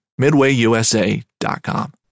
MidwayUSA.com